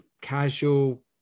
casual